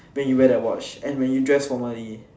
when you wear that watch as when you dress formally